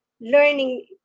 learning